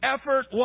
effort